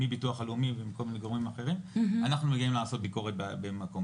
אנחנו מגיעים לעשות ביקורת במקום.